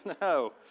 No